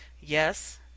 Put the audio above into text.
Yes